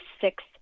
six